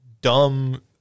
dumb